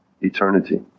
eternity